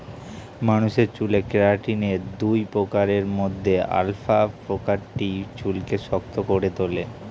মানুষের চুলে কেরাটিনের দুই প্রকারের মধ্যে আলফা প্রকারটি চুলকে শক্ত করে তোলে